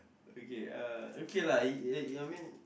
okay uh okay lah I I I mean